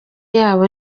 yabo